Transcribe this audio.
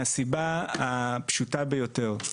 מהסיבה הפשוטה ביותר,